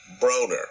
Broner